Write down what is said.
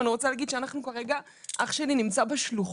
אבל אני רוצה להגיד שכרגע אח שלי נמצא בשלוחות,